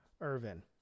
Irvin